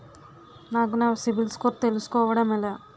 నాకు నా సిబిల్ స్కోర్ తెలుసుకోవడం ఎలా?